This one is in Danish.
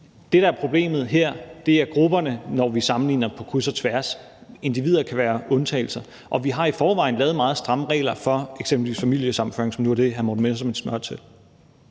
Det, der er problemet her, er grupperne, når vi sammenligner på kryds og tværs. Individer kan være undtagelser. Og vi har i forvejen lavet meget stramme regler for eksempelvis familiesammenføring, som nu er det, hr. Morten Messerschmidt spørger til.